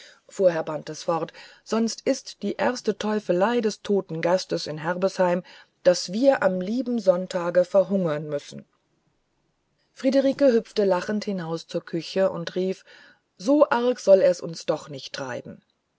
fuhr herr bantes fort sonst ist die erste teufelei des toten gastes in herbesheim daß wir am lieben sonntage verhungern müssen friederike hüpfte lachend hinaus zur küche und rief so arg soll er's uns doch nicht treiben